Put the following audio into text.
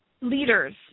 leaders